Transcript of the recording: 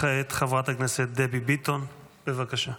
כעת חברת הכנסת דבי ביטון, בבקשה.